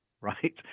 right